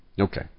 Okay